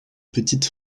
petite